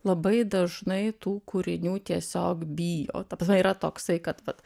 labai dažnai tų kūrinių tiesiog bijo ta prasme yra toksai kad vat